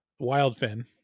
Wildfin